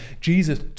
Jesus